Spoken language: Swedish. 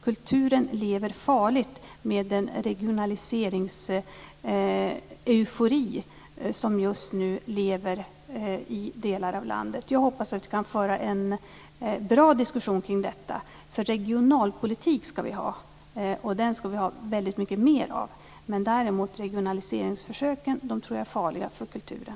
Kulturen lever farligt med den regionaliseringseufori som just nu lever i delar av landet. Jag hoppas att vi kan föra en bra diskussion kring detta. Vi ska ha väldigt mycket mer av regionalpolitik. Däremot tror jag att regionaliseringsförsöken är farliga för kulturen.